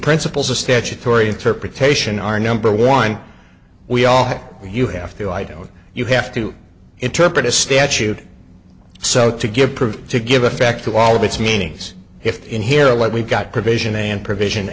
principles of statutory interpretation are number one we all you have to i don't you have to interpret a statute so to give proof to give effect to all of its meanings if in here let we've got provision and provision